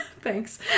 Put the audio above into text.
Thanks